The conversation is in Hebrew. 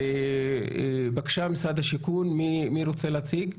נציג משרד השיכון, בבקשה.